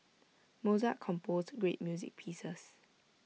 Mozart composed great music pieces